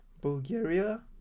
Bulgaria